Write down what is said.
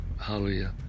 Hallelujah